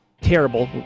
terrible